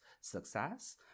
success